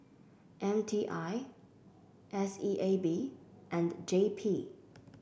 M T I S E A B and J P